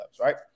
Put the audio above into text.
right